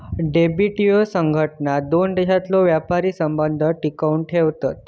WTO संघटना दोन देशांतले व्यापारी संबंध टिकवन ठेवता